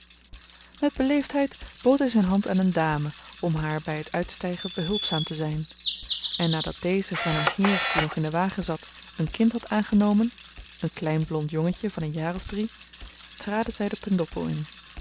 met beleefdheid bood hy zyn hand aan een dame om haar by het uitstygen behulpzaam te zyn en nadat deze van een heer die nog in den wagen zat een kind had aangenomen een klein blond jongetje van een jaar of drie traden zy de pendoppo in